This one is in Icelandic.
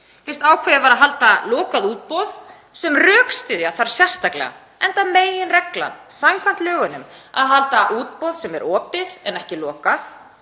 Fyrst ákveðið var að halda lokað útboð sem rökstyðja þarf sérstaklega, enda meginreglan samkvæmt lögunum að halda útboð sem er opið en ekki lokað,